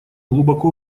глубоко